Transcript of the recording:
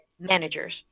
Managers